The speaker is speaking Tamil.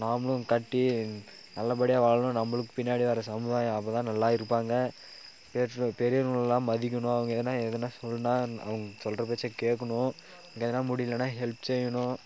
நாமளும் கட்டி நல்லபடியாக வாழணும் நம்மளுக்கு பின்னாடி வர சமுதாயம் அப்போதான் நல்லா இருப்பாங்க பெற் பெரியவங்களெல்லாம் மதிக்கணும் அவங்க எதனா எதனா சொன்னா அவங்க சொல்கிற பேச்சை கேட்கணும் எதனா முடியலைன்னா ஹெல்ப் செய்யணும்